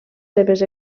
seves